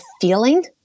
feeling